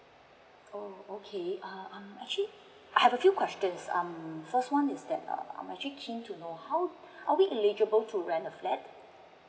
oh okay um I'm actually I have a few questions um first one is that err I'm actually keen to know how eligible to rent a flat